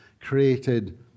created